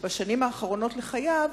שבשנים האחרונות לחייו,